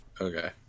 Okay